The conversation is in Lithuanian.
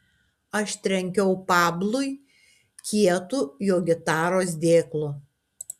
aš trenkiau pablui kietu jo gitaros dėklu